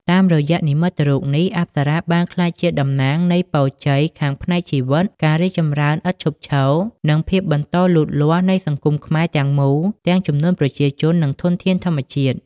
តាមរយៈនិមិត្តរូបនេះ អប្សរាបានក្លាយជាតំណាងនៃពរជ័យខាងផ្នែកជីវិត ការរីកចម្រើនឥតឈប់ឈរ និងភាពបន្តលូតលាស់នៃសង្គមខ្មែរទាំងមូល ទាំងចំនួនប្រជាជន និងធនធានធម្មជាតិ។